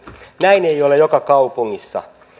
näin ei ole joka kaupungissa